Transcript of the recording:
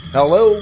Hello